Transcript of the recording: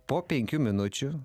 po penkių minučių